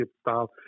style